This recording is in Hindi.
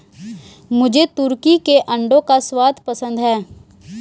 मुझे तुर्की के अंडों का स्वाद पसंद है